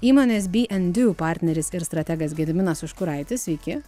įmonės be and do partneris ir strategas gediminas užkuraitis sveiki